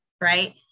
right